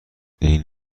این